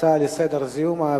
הצעות לסדר-היום מס' 3175,